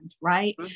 right